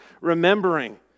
remembering